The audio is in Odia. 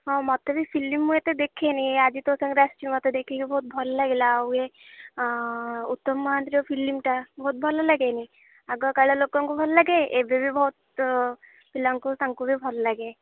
ହଁ ମୋତେ ବି ଫିଲ୍ମ ମୁଁ ଏତେ ଦେଖେନି ଆଜି ତୋ ସାଙ୍ଗରେ ଆସିଛି ମୋତେ ଦେଖିକି ବହୁତ ଭଲଲାଗିଲା ଆଉ ଇଏ ଉତ୍ତମ ମହାନ୍ତି ଫିଲ୍ମଟା ବହୁତ ଭଲ ଲାଗେନି ଆଗକାଳ ଲୋକଙ୍କୁ ଭଲଲାଗେ ଏବେ ବି ବହୁତ ପିଲାଙ୍କୁ ତାଙ୍କୁ ବି ଭଲଲାଗେ